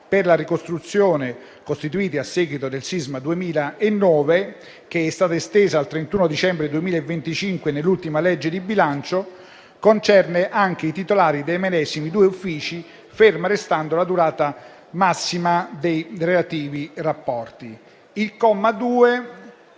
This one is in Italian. per la ricostruzione, costituiti a seguito del sisma 2009, estesa al 31 dicembre 2025 nell'ultima legge di bilancio, concerne anche i titolari dei medesimi due uffici, ferma restando la durata massima dei relativi rapporti.